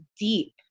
deep